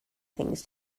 things